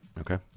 Okay